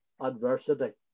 adversity